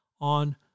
on